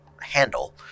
handle